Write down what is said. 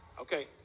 Okay